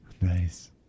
nice